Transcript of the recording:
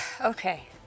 okay